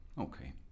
Okay